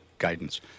guidance